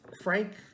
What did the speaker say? Frank